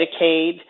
Medicaid